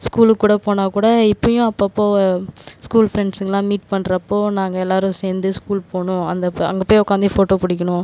ஸ்கூலுக்கு கூட போனால் கூட இப்பவும் அப்பப்போ ஸ்கூல் ஃப்ரெண்ட்ஸ்ங்களாம் மீட் பண்றப்போது நாங்கள் எல்லோரும் சேர்ந்து ஸ்கூல் போகணும் அந்த அங்கே போய் உக்காந்து ஃபோட்டோ பிடிக்கணும்